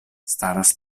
staras